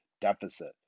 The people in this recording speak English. deficit